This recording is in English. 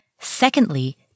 Secondly